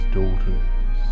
daughters